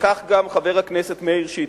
וכך גם חבר הכנסת מאיר שטרית.